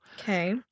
Okay